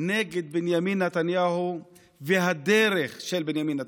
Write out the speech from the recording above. נגד בנימין נתניהו והדרך של בנימין נתניהו.